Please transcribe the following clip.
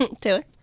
Taylor